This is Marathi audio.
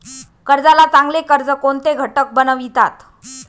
कर्जाला चांगले कर्ज कोणते घटक बनवितात?